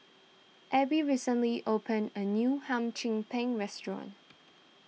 Abie recently opened a new Hum Chim Peng restaurant